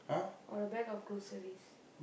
or a bag of groceries